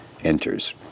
enters